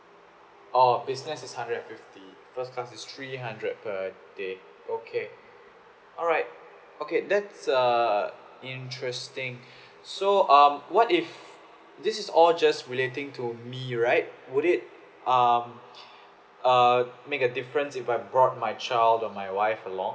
orh business is hundred and fifty first class is three hundred per day okay alright okay that's err interesting so um what if this is all just relating to me right would it um err make a difference if I brought my child or my wife along